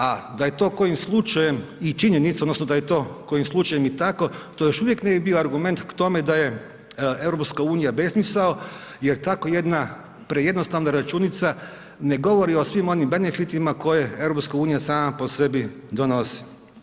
A da je to kojim slučajem i činjenica, odnosno da je to kojim slučajem i tako to još uvijek ne bi bio argument k tome da je eu besmisao jer tako jedna prejednostavna računica ne govori o svim onim benefitima koje EU sama po sebi donosi.